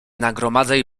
nagromadzaj